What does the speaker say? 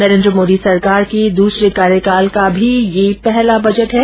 नरेन्द्र मोदी सरकार के दूसरे कार्यकाल का भी यह पहला बजट है